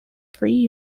free